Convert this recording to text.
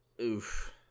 oof